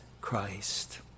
Christ